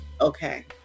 okay